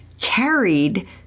carried